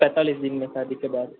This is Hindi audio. पैसा ले लेंगे शादी के बाद